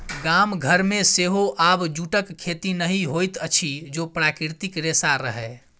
गाम घरमे सेहो आब जूटक खेती नहि होइत अछि ओ प्राकृतिक रेशा रहय